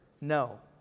no